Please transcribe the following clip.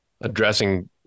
addressing